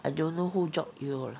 I don't know who george yeo lah